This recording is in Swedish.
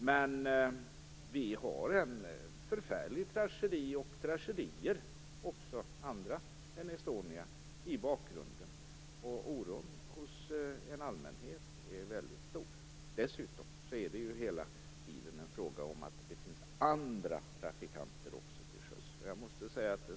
Men en förfärlig tragedi - Estoniakatastrofen - och också andra tragedier finns i bakgrunden. Oron hos allmänheten är väldigt stor. Dessutom finns det också andra trafikanter till sjöss.